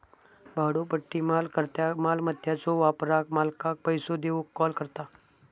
भाड्योपट्टी वापरकर्त्याक मालमत्याच्यो वापराक मालकाक पैसो देऊक कॉल करता